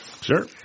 Sure